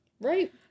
Right